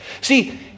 See